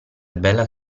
bella